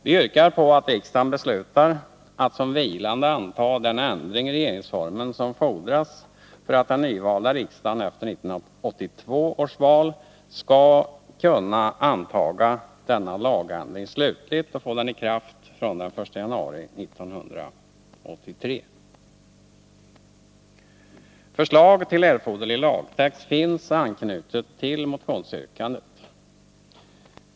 Vi yrkar att riksdagen beslutar att som vilande anta den ändring i regeringsformen som fordras för att den nyvalda riksdagen efter 1982 års val skall kunna anta denna lagändring slutligt och få den i kraft från den 1 januari 1983. Förslag till erforderlig lagtext finns anknutet till motionsyrkandet.